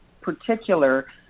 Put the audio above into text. particular